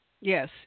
Yes